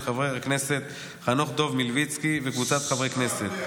של חבר הכנסת חנוך דב מלביצקי וקבוצת חברי הכנסת,